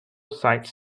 sites